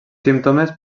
símptomes